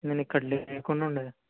నేను ఇక్కడ లేకుండా ఉండే